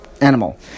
animal